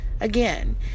again